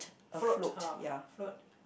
float of float